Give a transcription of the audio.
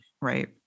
right